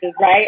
right